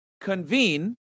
convene